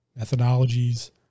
methodologies